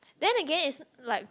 then again it's like